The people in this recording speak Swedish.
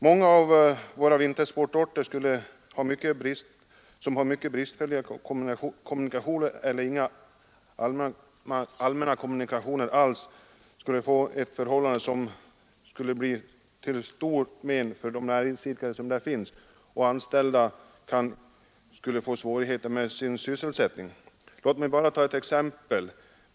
Många av våra vintersportorter har mycket bristfälliga eller inga allmänna kommunikationer — ett förhållande som kan bli till stort men för näringsidkarna där och som kan leda till svårigheter med sysselsättningen för de anställda. Låt mig bara ta ett exempel.